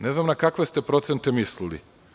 Ne znam na kakve ste procente mislili.